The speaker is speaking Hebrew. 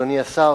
אדוני השר,